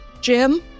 Jim